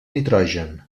nitrogen